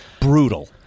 Brutal